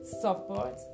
support